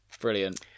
Brilliant